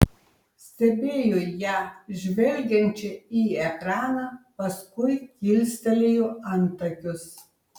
stebėjo ją žvelgiančią į ekraną paskui kilstelėjo antakius